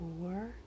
four